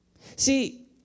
See